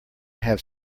have